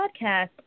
podcast